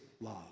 love